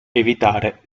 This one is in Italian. evitare